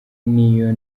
n’iyo